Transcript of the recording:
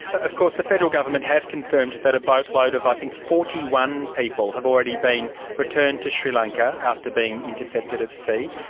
of course, the federal government has confirmed that a boatload of i think forty one people have already been returned to sri lanka after being intercepted at sea.